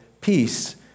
Peace